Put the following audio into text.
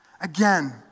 Again